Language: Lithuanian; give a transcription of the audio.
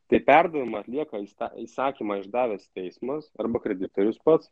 tai perdavimą atlieka įsta įsakymą išdavęs teismas arba kreditorius pats